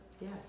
Yes